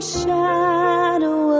shadow